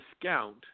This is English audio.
discount